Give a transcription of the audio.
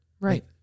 Right